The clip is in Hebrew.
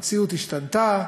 המציאות השתנתה,